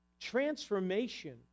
transformation